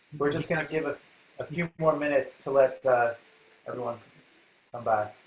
we're just going to give a few more minutes to let everyone come but